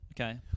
Okay